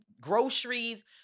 groceries